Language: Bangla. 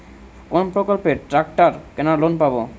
কোন প্রকল্পে ট্রাকটার কেনার লোন পাব?